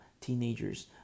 teenagers